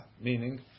Meaning